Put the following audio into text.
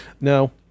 now